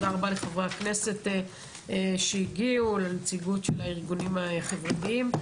לחברי הכנסת שהגיעו ולנציגות הארגונים החברתיים.